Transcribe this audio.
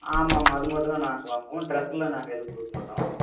ஆமாம் ஆமாம் அது மட்டும்தா நாங்கள் வாங்குவோம் ட்ரெஸ்லாக நாங்கள் எதுவும் கொடுக்க மாட்டோம்